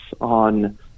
on